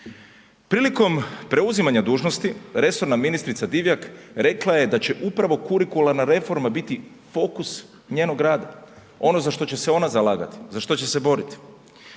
Prilikom preuzimanja dužnosti, resorna ministrica Divjak rekla je da će upravo kurikularna reforma biti fokus njenog rada, ono za što će se ona zalagati, za što će se boriti,